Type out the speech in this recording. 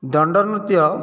ଦଣ୍ଡ ନୃତ୍ୟ